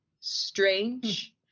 strange